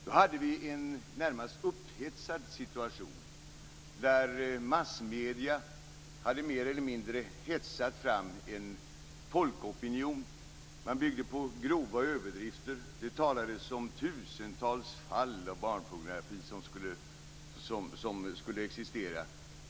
Då hade vi en närmast upphetsad situation, där massmedierna mer eller mindre hade hetsat fram en folkopinion. Man byggde på grova överdrifter. Det talades om att tusentals fall av barnpornografi skulle existera.